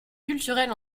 culturelles